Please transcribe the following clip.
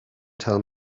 tell